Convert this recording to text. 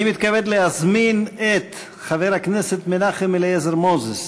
אני מתכבד להזמין את חבר הכנסת מנחם אליעזר מוזס